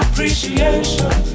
appreciation